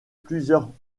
plusieurs